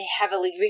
heavily